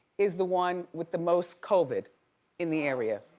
is the one with the most covid in the area,